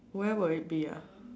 where would it be ah